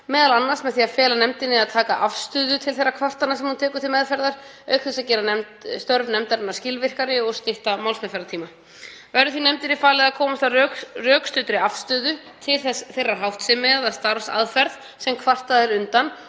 m.a. með því að fela nefndinni að taka afstöðu til þeirra kvartana sem hún tekur til meðferðar, auk þess að gera störf nefndarinnar skilvirkari og stytta málsmeðferðartíma. Verður því nefndinni falið að komast að rökstuddri afstöðu til þeirrar háttsemi eða starfsaðferð sem kvartað er undan